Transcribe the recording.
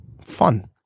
Fun